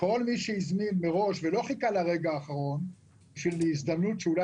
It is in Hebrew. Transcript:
כל מי שהזמין מראש ולא חיכה לרגע האחרון להזדמנות שאולי